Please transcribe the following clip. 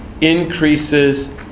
increases